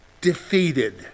defeated